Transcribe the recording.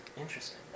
Interesting